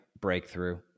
breakthrough